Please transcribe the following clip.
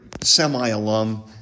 semi-alum